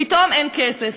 פתאום אין כסף.